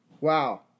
Wow